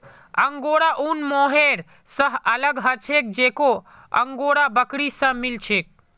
angora ऊन mohair स अलग ह छेक जेको अंगोरा बकरी स मिल छेक